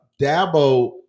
Dabo